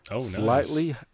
slightly